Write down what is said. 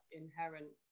inherent